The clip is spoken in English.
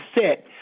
set